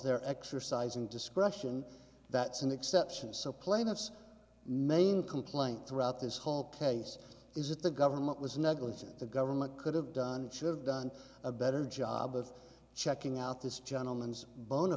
they're exercising discretion that's an exception so plaintiff's main complaint throughout this whole case is that the government was negligent the government could have done should have done a better job of checking out this gentleman's bona